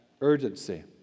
urgency